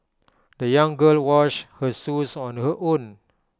the young girl washed her shoes on her own